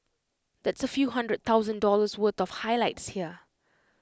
that's A few hundred thousand dollars worth of highlights here